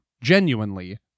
genuinely